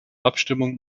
abstimmung